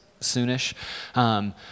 soonish